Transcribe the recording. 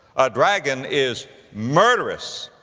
a dragon is murderous.